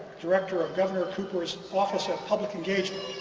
director of governor cooper's office ah of public engagement.